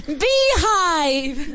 beehive